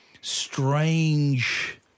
strange